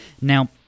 Now